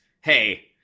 hey